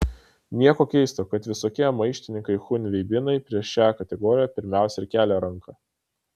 nieko keisto kad visokie maištininkai chunveibinai prieš šią kategoriją pirmiausia ir kelia ranką